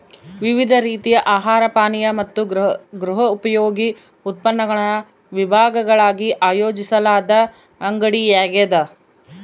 ವಿವಿಧ ರೀತಿಯ ಆಹಾರ ಪಾನೀಯ ಮತ್ತು ಗೃಹೋಪಯೋಗಿ ಉತ್ಪನ್ನಗಳ ವಿಭಾಗಗಳಾಗಿ ಆಯೋಜಿಸಲಾದ ಅಂಗಡಿಯಾಗ್ಯದ